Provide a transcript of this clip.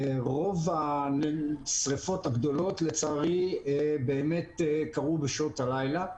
רוב השריפות הגדולות לצערי באמת קרו בשעות הלילה,